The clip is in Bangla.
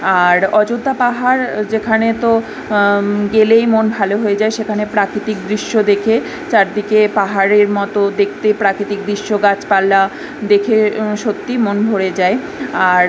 আর অযোধ্যা পাহাড় যেখানে তো গেলেই মন ভালো হয়ে যায় সেখানে প্রাকৃতিক দৃশ্য দেখে চারদিকে পাহাড়ের মতো দেখতে প্রাকৃতিক দৃশ্য গাছপালা দেখে সত্যিই মন ভরে যায় আর